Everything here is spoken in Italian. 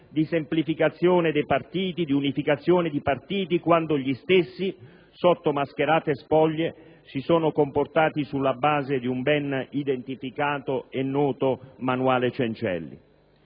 di semplificazione e di unificazione dei partiti, quando gli stessi, sotto mascherate spoglie, si sono comportati sulla base di un ben identificato e noto manuale Cencelli.